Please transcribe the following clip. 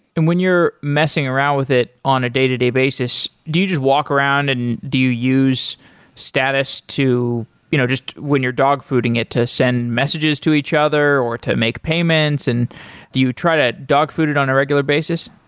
and when you're messing around with it on a day-to-day basis, do you just walk around and do you use status to you know just when you're dog-fooding it to send messages to each other or to make payments, and do you try to dog food it on a regular basis?